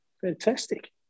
fantastic